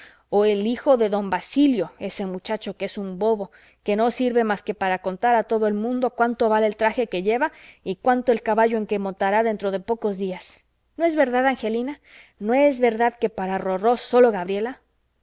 o el hijo de don basilio ese muchacho que es un bobo que no sirve más que para contar a todo el mundo cuánto vale el traje que lleva y cuánto el caballo en que montará dentro de pocos días no es verdad angelina no es verdad que para rorró sólo gabriela